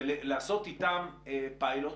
ולעשות איתם פיילוט?